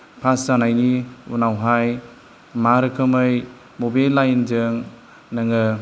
pass जानायनि उनावहाय मा रोखोमै बबे लाइन जों नोङो